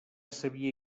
sabia